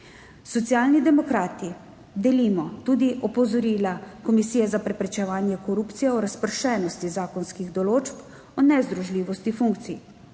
Socialni demokrati delimo tudi opozorila Komisije za preprečevanje korupcije o razpršenosti zakonskih določb o nezdružljivosti funkcij,